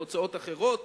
הוצאות אחרות